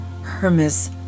Hermes